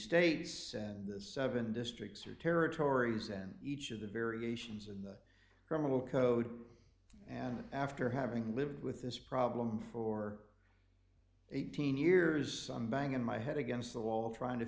states and the seven districts or territories and each of the variations in the criminal code and after having lived with this problem for eighteen years banging my head against the wall trying to